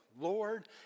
Lord